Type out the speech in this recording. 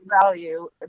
value